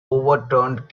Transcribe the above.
overturned